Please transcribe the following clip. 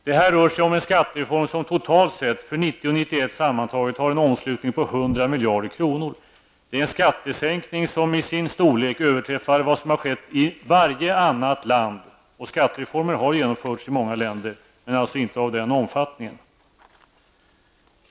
Det rör sig om en skattereform som totalt sett för 1990/91 har en omslutning på 100 miljarder kronor. Det är en skattesänkning som i sin storlek överträffar vad som skett i varje annat land. Skattereformer har genomförts i många länder, men alltså inte av den omfattningen.